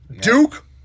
Duke